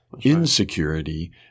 insecurity